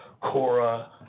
Cora